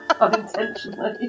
Unintentionally